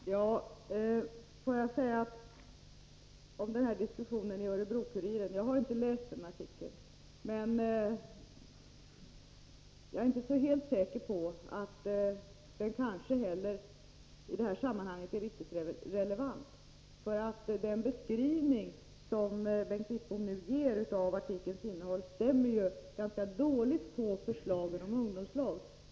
Fru talman! Låt mig säga om diskussionen i Örebro-Kuriren att jag inte läst artikeln. Jag är emellertid inte helt säker på att den i detta sammanhang är riktigt relevant. Den beskrivning som Bengt Wittbom nu ger av artikelns innehåll stämmer ju ganska dåligt med förslaget om ungdomslag.